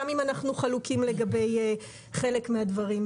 גם אם אנחנו חלוקים לגבי חלק מהדברים.